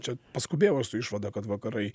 čia paskubėjo su išvada kad vakarai